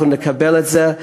אנחנו נקבל את זה,